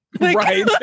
right